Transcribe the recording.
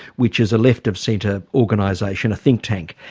which is a left-of-centre organisation, a think tank.